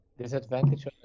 Disadvantage